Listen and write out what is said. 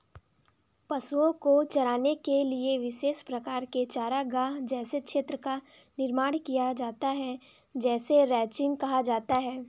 पशुओं को चराने के लिए विशेष प्रकार के चारागाह जैसे क्षेत्र का निर्माण किया जाता है जिसे रैंचिंग कहा जाता है